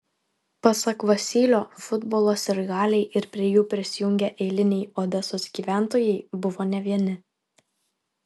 pasak vasylio futbolo sirgaliai ir prie jų prisijungę eiliniai odesos gyventojai buvo ne vieni